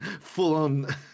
full-on